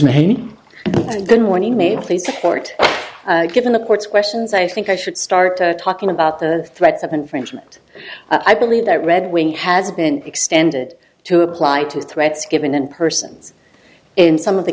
support given the court's questions i think i should start talking about the threats of infringement i believe that red wing has been extended to apply to threats given and persons in some of the